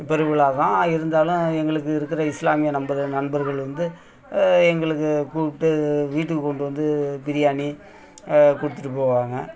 பெருவிழா தான் இருந்தாலும் எங்களுக்கு இருக்கிற இஸ்லாமிய நம்பரு நண்பர்கள் வந்து எங்களுக்கு கூப்பிட்டு வீட்டுக்கு கொண்டு வந்து பிரியாணி கொடுத்துட்டு போவாங்க